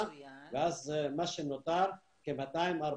אז אם אני מסכם את דבריי,